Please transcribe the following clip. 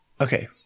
Okay